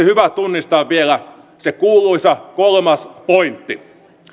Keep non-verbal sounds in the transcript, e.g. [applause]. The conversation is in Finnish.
[unintelligible] hyvä tunnistaa vielä se kuuluisa kolmas pointti